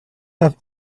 have